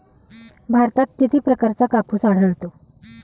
भारतात किती प्रकारचा कापूस आढळतो?